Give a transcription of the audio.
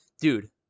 Dude